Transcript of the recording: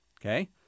Okay